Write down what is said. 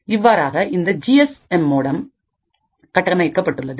இவ்வாறாக இந்த G S M modem கட்டமைக்கப்பட்டுள்ளது